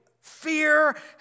fear